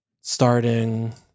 starting